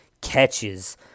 catches